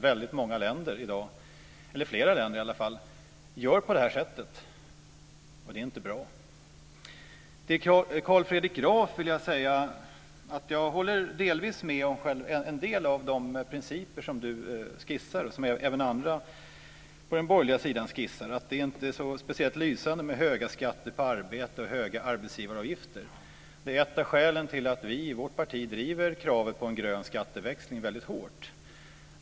Flera andra länder agerar på samma vis, och det är inte bra. Jag instämmer i en del av de principer som Carl Fredrik Graf och även andra på den borgerliga sidan skisserar. Det är inte en speciellt lysande ordning att ha höga skatter på arbete och höga arbetsgivaravgifter. Det är ett av skälen till att vi i vårt parti driver kravet på en grön skatteväxling väldigt hårt.